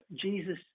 Jesus